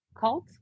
cult